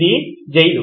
ఇది జైలు